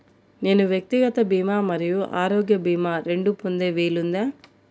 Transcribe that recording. నేను వ్యక్తిగత భీమా మరియు ఆరోగ్య భీమా రెండు పొందే వీలుందా?